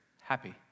happy